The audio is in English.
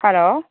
hello